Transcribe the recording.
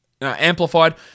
amplified